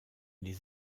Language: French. les